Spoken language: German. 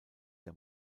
der